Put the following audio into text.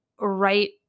right